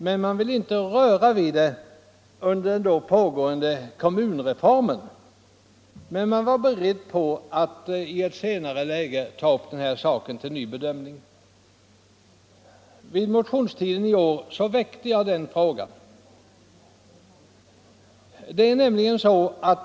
Men man ville inte röra vid det under den då pågående kommunreformen. Man var beredd att i ett senare läge ta upp saken till ny bedömning. Under motionstiden i år väckte jag en motion beträffande denna fråga.